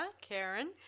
Karen